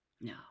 No